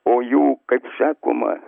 o jų kaip sakoma